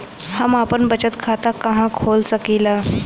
हम आपन बचत खाता कहा खोल सकीला?